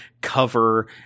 cover